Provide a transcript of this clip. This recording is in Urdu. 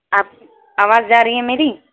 آپ آواز جا رہی ہے میری